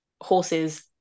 horses